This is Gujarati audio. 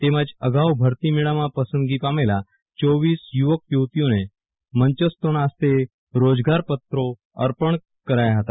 તેમજ અગાઉ ભરતી મેળામાં પસંદગી પામેલા રંજ યુવક યુવતિઓને મંચસ્થોના ફસ્તે રોજગારપત્રો અર્પણ કરાયાં ફતા